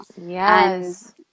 yes